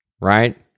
right